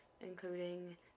including